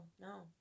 no